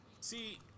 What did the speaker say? see